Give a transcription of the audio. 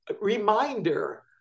reminder